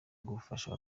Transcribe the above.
gufasha